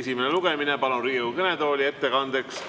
esimene lugemine. Palun Riigikogu kõnetooli ettekandjaks